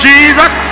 Jesus